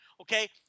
Okay